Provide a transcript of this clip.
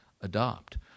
adopt